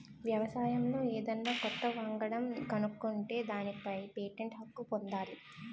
వ్యవసాయంలో ఏదన్నా కొత్త వంగడం కనుక్కుంటే దానిపై పేటెంట్ హక్కు పొందాలి